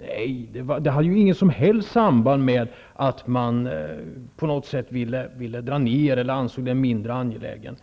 Nej, det var inte fråga om något som helst samband med en vilja att göra neddragningar eller med att vuxenutbildningen ansågs mindre angelägen.